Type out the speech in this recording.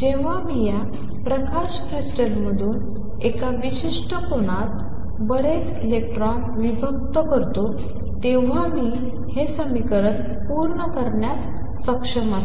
जेव्हा मी या प्रकाश क्रिस्टल्समधून एका विशिष्ट कोनात बरेच इलेक्ट्रॉन विभक्त होतात तेव्हा मी हे समीकरण पूर्ण करण्यास सक्षम असेल